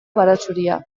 baratxuria